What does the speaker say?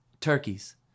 Turkeys